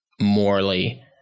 morally